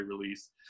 release